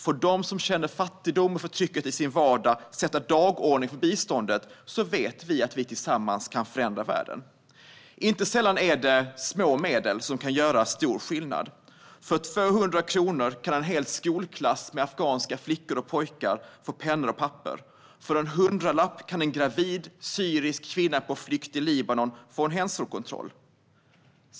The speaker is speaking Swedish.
Får de som känner fattigdomen och förtrycket i sin vardag sätta dagordningen för biståndet vet vi att vi tillsammans kan förändra världen. Inte sällan är det små medel som kan göra stor skillnad. För 200 kronor kan en hel skolklass med afghanska flickor och pojkar få pennor och papper. För en hundralapp kan en gravid syrisk kvinna på flykt i Libanon få en hälsokontroll.